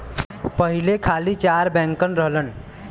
पहिले खाली चार बैंकन रहलन